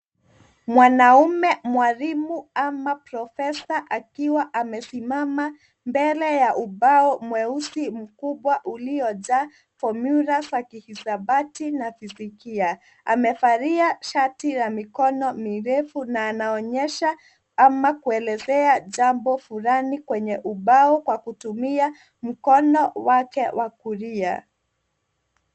Mwanaume mwalimu au profesa akiwa amesimama mbele ya ubao mweusi mkubwa ulio jaa fomyula wa kihasabati na fizikia, amevalia shati la mikono mirefu na kuonyesha au kuelezea jambo fulani kwenye ubao kwa kutumia mkono wake wa kulia.